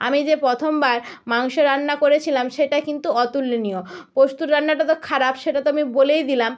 আমি যে প্রথমবার মাংস রান্না করেছিলাম সেটা কিন্তু অতুলনীয় পোস্তর রান্নাটা তো খারাপ সেটা তো আমি বলেই দিলাম